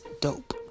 dope